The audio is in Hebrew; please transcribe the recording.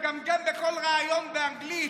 מגמגם בכל ריאיון באנגלית.